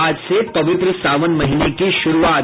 आज से पवित्र सावन महीने की शुरूआत